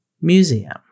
Museum